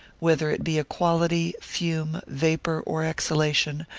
whether it be a quality, fume, vapour, or exhalation,